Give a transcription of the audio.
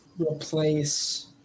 replace